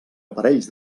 aparells